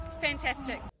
Fantastic